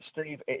Steve